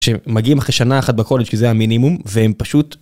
שמגיעים אחרי שנה אחת בכולל שזה המינימום והם פשוט.